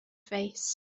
face